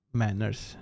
manners